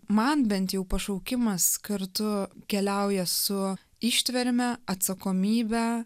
man bent jau pašaukimas kartu keliauja su ištverme atsakomybe